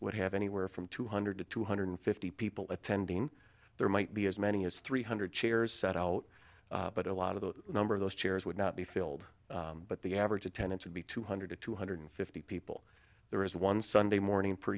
would have anywhere from two hundred to two hundred fifty people attending there might be as many as three hundred chairs set out but a lot of the number of those chairs would not be filled but the average attendance would be two hundred to two hundred fifty people there is one sunday morning per